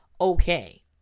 okay